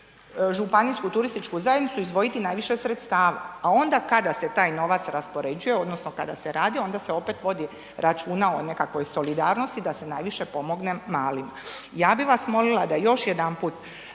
županijsku turističku zajednicu izdvojiti najviše sredstava. A onda kada se taj novac raspoređuje odnosno kada se radi onda se opet vodi računa one kakvoj solidarnosti da se najviše pomogne malima. Ja bih vas molila da još jedanput